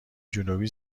جنوبی